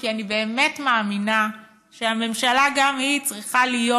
כי אני באמת מאמינה שהממשלה גם היא צריכה להיות